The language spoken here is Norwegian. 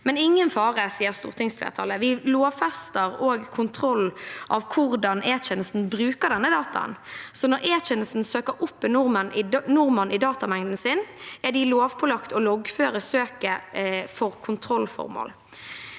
er ingen fare, sier stortingsflertallet. Vi lovfester og kontrollerer hvordan E-tjenesten bruker disse dataene, så når E-tjenesten søker opp en nordmann i datamengden sin, er de lovpålagt å loggføre søket for kontrollformål.